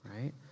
right